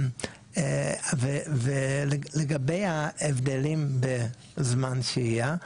ולגבי ההבדלים בזמן שהייה,